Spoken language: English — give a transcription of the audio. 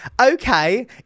okay